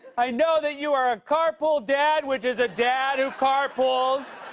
i know that you are a carpool dad which is a dad who carpools!